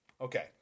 okay